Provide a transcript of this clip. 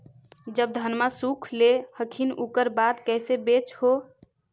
जब धनमा सुख ले हखिन उकर बाद कैसे बेच हो?